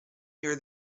near